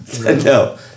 No